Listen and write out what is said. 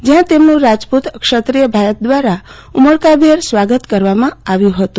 જયાં તેમનું રાજપ્રત ક્ષત્રીય ભાયાત દવારા ઉમળકા ભેર સ્વાગત કરવામાં આવ્યું હતું